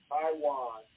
Taiwan